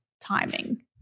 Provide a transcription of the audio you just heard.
timing